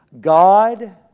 God